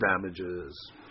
damages